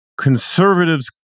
conservatives